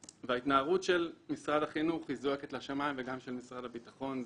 ההתנהגות של משרד החינוך זועקת לשמים וגם של משרד הביטחון.